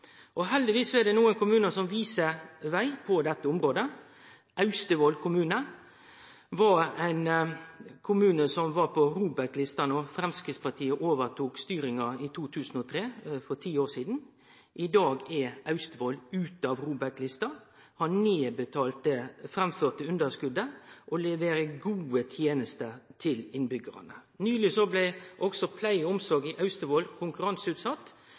beste. Heldigvis er det nokre kommunar som viser veg på dette området. Austevoll kommune var ein kommune som var på ROBEK-lista då Framstegspartiet overtok styringa i 2003 – for ti år sidan. I dag er Austevoll ute av ROBEK-lista, har nedbetalt det framførte underskotet og leverer gode tenester til innbyggjarane. Nyleg blei også pleie- og omsorgstilbodet i Austevoll konkurranseutsett.